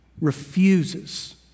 refuses